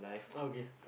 okay